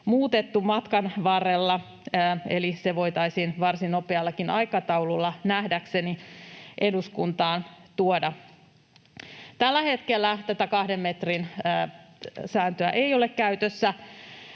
muutettu matkan varrella, eli se voitaisiin varsin nopeallakin aikataululla nähdäkseni eduskuntaan tuoda. Tällä hetkellä tätä kahden metrin sääntöä ei ole käytössä